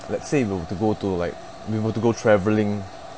let's say we'll to go to like we were to go travelling